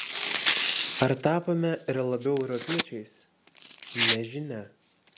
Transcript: ar tapome ir labiau europiečiais nežinia